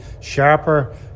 sharper